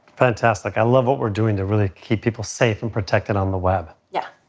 fantastic. i love what we're doing to really keep people safe and protected on the web. yeah.